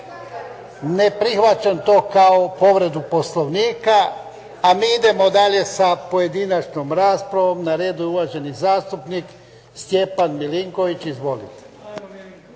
ne prihvaćam to kao povredu Poslovnika, a mi idemo dalje sa pojedinačnom raspravom. Na redu je uvaženi zastupnik Stjepan Milinković. Izvolite.